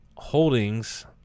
holdings